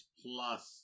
plus